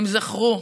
הם זכרו,